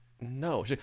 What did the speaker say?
No